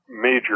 major